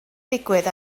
digwydd